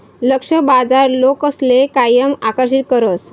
लक्ष्य बाजार लोकसले कायम आकर्षित करस